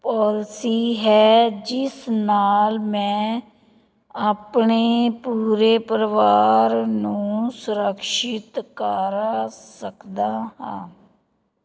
policy ਹੈ ਜਿਸ ਨਾਲ ਮੈਂ ਆਪਣੇ ਪੂਰੇ ਪਰਿਵਾਰ ਨੂੰ ਸੁਰਕਸ਼ਿਤ ਕਰ ਸਕਦਾ ਹਾਂ